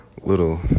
little